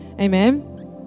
Amen